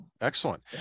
excellent